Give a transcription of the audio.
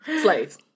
Slaves